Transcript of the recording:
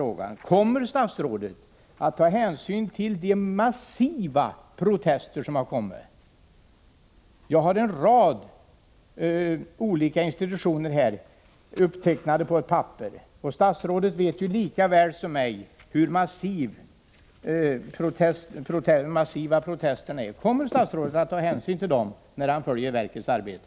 Jag vill då fråga: Kommer statsrådet att ta hänsyn till de massiva protester som har kommit? Jag har här på ett papper upptecknade namnen på en rad institutioner. Statsrådet vet lika väl som jag hur massiva protesterna är. Kommer statsrådet att ta hänsyn till dem, när han följer verkets arbete?